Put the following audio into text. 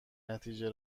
نتیجه